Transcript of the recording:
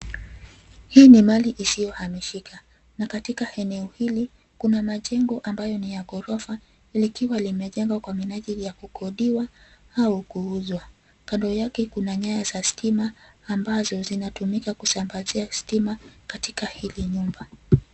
Hii ni mali isiyohamishika, na katika eneo hili kuna majengo ambayo ni ya ghorofa likiwa limejengwa kwa minajili ya kukodiwa au kuuzwa. Kando yake kuna nyaya za stima ambazo zinatumika katika hili nyumba.